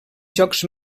jocs